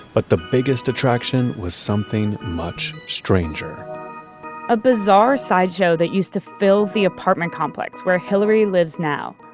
but the biggest attraction was something much stranger a bizarre sideshow that used to fill the apartment complex where hilary lives now.